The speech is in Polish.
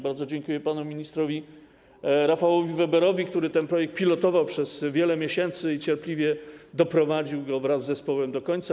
Bardzo dziękuję panu ministrowi Rafałowi Weberowi, który ten projekt pilotował przez wiele miesięcy i cierpliwie doprowadził go wraz z zespołem do końca.